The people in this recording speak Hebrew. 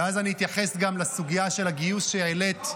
ואז אני אתייחס גם לסוגיה של הגיוס שהעלית.